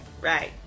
Right